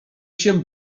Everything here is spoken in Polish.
się